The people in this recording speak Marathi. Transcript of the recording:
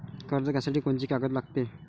कर्ज घ्यासाठी कोनची कागद लागते?